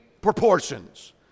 proportions